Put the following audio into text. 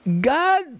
God